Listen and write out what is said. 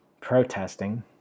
protesting